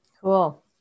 Cool